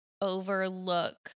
overlook